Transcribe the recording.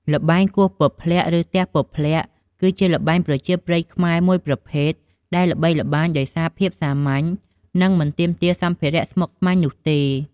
ល្បែងគោះពព្លាក់ ឬទះពព្លាក់ គឺជាល្បែងប្រជាប្រិយខ្មែរមួយប្រភេទដែលល្បីល្បាញដោយសារភាពសាមញ្ញ និងមិនទាមទារសម្ភារៈស្មុគស្មាញនោះទេ។